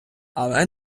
але